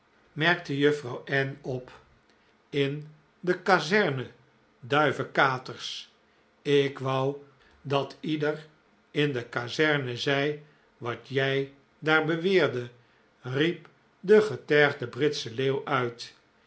merkte juffrouw ann op in de kazerne duivekaters ik wou dat ieder in de kazerne zei wat jij daar beweerde riep de getergde britsche leeuw uit